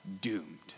doomed